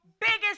biggest